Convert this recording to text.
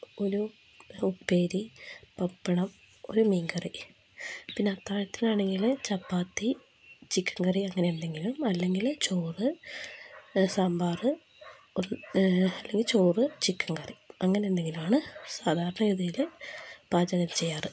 ഒരു ഉപ്പേരി പപ്പടം ഒരു മീൻകറി പിന്നെ അത്താഴത്തിനാണെങ്കില് ചപ്പാത്തി ചിക്കൻ കറി അങ്ങനെ എന്തെങ്കിലും അല്ലെങ്കിൽ ചോറ് സാമ്പാർ അല്ലെങ്കിൽ ചോറ് ചിക്കൻ കറി അങ്ങനെ എന്തെങ്കിലും ആണ് സാധാരണ ഗതിയിൽ പാചകം ചെയ്യാറ്